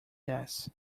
yes